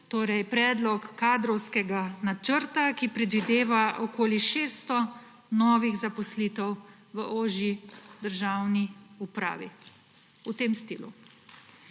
torej predlog kadrovskega načrta, ki predvideva okoli 600 novih zaposlitev v ožji državni upravi. V tem stilu.